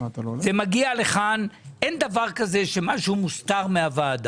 כאשר זה מגיע לכאן אין דבר שמוסתר מן הוועדה.